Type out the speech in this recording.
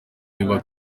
riba